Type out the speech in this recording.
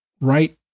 right